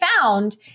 found